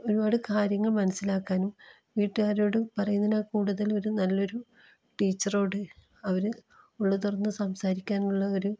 ഒരുപാട് കാര്യങ്ങൾ മനസ്സിലാക്കാനും വീട്ടുകാരോട് പറയുന്നതിനെ കൂടുതൽ ഒരു നല്ലൊരു ടീച്ചറോട് അവർ ഉള്ള് തുറന്ന് സംസാരിക്കാനുള്ള ഒരു